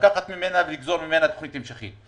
לגזור ממנה תוכנית המשכית.